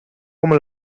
como